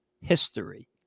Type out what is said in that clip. History